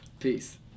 Peace